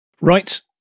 Right